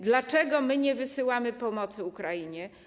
Dlaczego my nie wysyłamy pomocy Ukrainie?